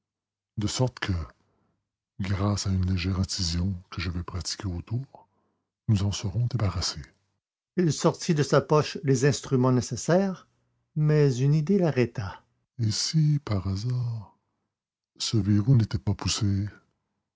de sorte que grâce à une légère incision que je vais pratiquer autour nous en serons débarrassé il sortit de sa poche les instruments nécessaires mais une idée l'arrêta et si par hasard ce verrou n'était pas poussé